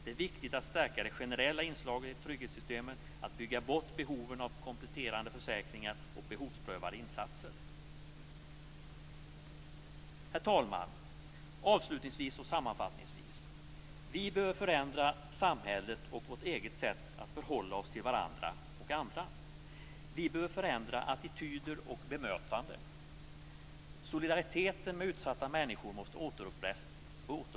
Det är viktigt att stärka det generella inslaget i trygghetssystemen och bygga bort behoven av kompletteringsförsäkringar och behovsprövade insatser. Herr talman! Avslutningsvis och sammanfattningsvis: Vi behöver förändra samhällets och vårt eget sätt att förhålla oss till varandra och andra. Vi behöver förändra attityder och bemötande. Solidariteten med utsatta människor måste återupprättas.